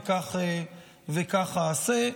וכך אעשה.